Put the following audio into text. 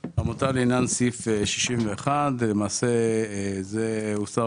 עמותה לעניין סעיף 61 שלא עלתה